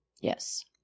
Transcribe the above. Yes